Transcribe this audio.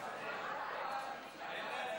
ההצעה להעביר